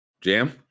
Jam